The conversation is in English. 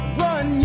run